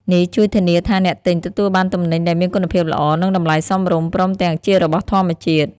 នេះជួយធានាថាអ្នកទិញទទួលបានទំនិញដែលមានគុណភាពល្អ និងតម្លៃសមរម្យ ព្រមទាំងជារបស់ធម្មជាតិ។